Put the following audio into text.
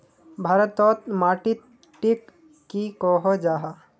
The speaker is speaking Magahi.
भारत तोत माटित टिक की कोहो जाहा?